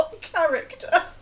character